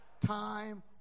Time